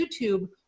YouTube